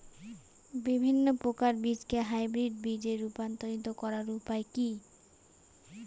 বিভিন্ন প্রকার বীজকে হাইব্রিড বীজ এ রূপান্তরিত করার উপায় কি?